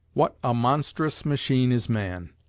what a monstrous machine is man!